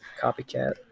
Copycat